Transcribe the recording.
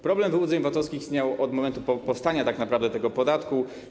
Problem wyłudzeń VAT-owskich istniał od momentu powstania tak naprawdę tego podatku.